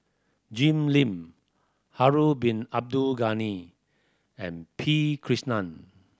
Jim Lim Harun Bin Abdul Ghani and P Krishnan